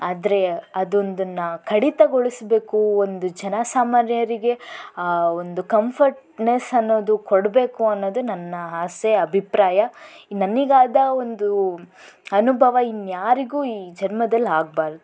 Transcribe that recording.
ಆದರೆ ಅದೊಂದನ್ನ ಕಡಿತಗೊಳಿಸ್ಬೇಕು ಒಂದು ಜನ ಸಾಮಾನ್ಯರಿಗೆ ಒಂದು ಕಂಫರ್ಟ್ನೆಸ್ ಅನ್ನೋದು ಕೊಡ್ಬೇಕು ಅನ್ನೋದು ನನ್ನ ಆಸೆ ಅಭಿಪ್ರಾಯ ನನಗಾದ ಒಂದು ಅನುಭವ ಇನ್ಯಾರಿಗೂ ಈ ಜನ್ಮದಲ್ಲಿ ಆಗ್ಬಾರ್ದು